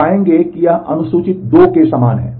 आप पाएंगे कि यह अनुसूचित 2 के समान है